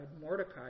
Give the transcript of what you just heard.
Mordecai